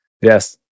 Yes